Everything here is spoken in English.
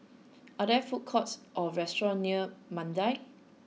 are there food courts or restaurants near Mandai